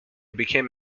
became